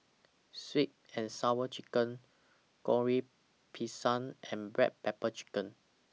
Sweet and Sour Chicken Goreng Pisang and Black Pepper Chicken